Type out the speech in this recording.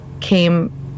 came